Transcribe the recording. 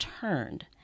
turned